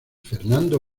fernando